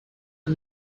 are